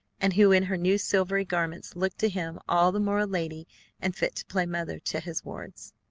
and who in her new silvery garments looked to him all the more a lady and fit to play mother to his wards.